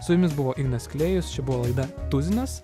su jumis buvo ignas klėjus čia buvo laida tuzinas